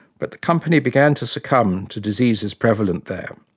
but the company began to succumb to diseases prevalent there.